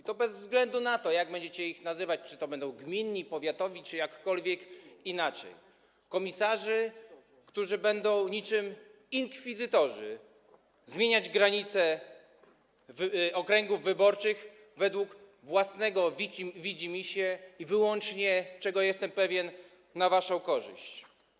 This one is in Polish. I, bez względu na to, jak będziecie ich nazywać, czy będą gminni, powiatowi czy jakkolwiek inaczej - komisarzy, którzy będą niczym inkwizytorzy zmieniać granice okręgów wyborczych według własnego widzimisię i wyłącznie, czego jestem pewien, na waszą korzyść.